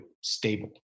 stable